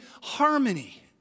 harmony